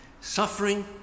Suffering